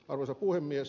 arvoisa puhemies